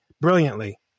brilliantly